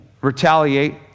retaliate